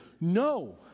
No